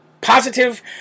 positive